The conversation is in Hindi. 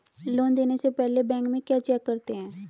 लोन देने से पहले बैंक में क्या चेक करते हैं?